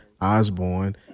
Osborne